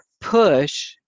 push